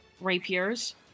rapiers